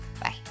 Bye